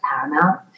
paramount